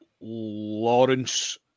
Lawrence